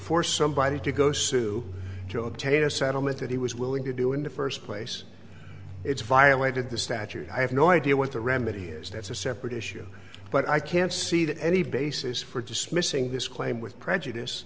force somebody to go sue to obtain a settlement that he was willing to do in the first place it's violated the statute i have no idea what the remedy is that's a separate issue but i can't see that any basis for dismissing this claim with prejudice